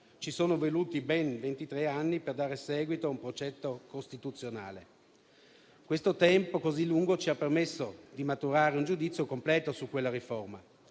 Ci sono voluti ben ventitré anni per dare seguito a un precetto costituzionale. Questo tempo così lungo ci ha permesso di maturare un giudizio completo su quella riforma